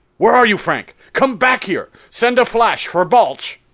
where are you, frank? come back here! send a flash for balch!